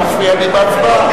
אתה מפריע לי בהצבעה.